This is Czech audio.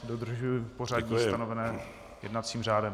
Dodržuji pořadí stanovené jednacím řádem.